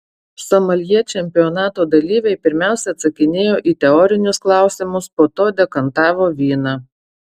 someljė čempionato dalyviai pirmiausia atsakinėjo į teorinius klausimus po to dekantavo vyną